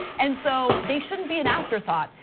and so they shouldn't be an after thought.